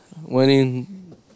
winning